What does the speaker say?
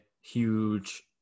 Huge